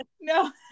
No